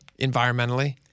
environmentally